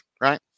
Right